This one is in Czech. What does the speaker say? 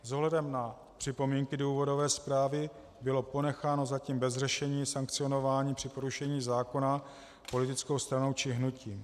S ohledem na připomínky důvodové zprávy bylo ponecháno zatím bez řešení sankcionování při porušení zákona politickou stranou či hnutím.